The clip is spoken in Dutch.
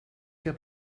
heb